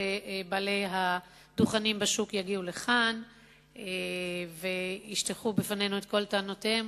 שבעלי הדוכנים בשוק יגיעו לכאן וישטחו בפנינו את כל טענותיהם.